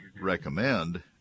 recommend